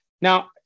now